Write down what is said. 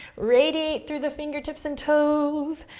radiate through the fingertips and toes,